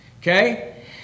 Okay